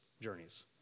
journeys